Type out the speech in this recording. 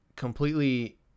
completely